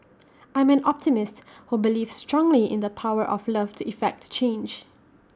I'm an optimist who believes strongly in the power of love to effect change